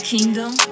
Kingdom